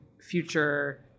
future